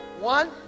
One